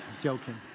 joking